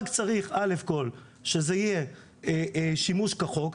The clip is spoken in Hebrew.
רק צריך שזה יהיה שימוש כחוק,